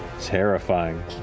terrifying